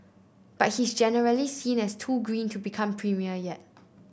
but he's generally seen as too green to become premier yet